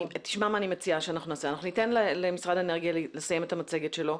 אני מציעה שניתן למשרד האנרגיה לסיים את המצגת שלו.